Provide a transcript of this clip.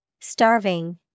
starving